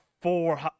four